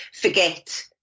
forget